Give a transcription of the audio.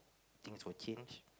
things will change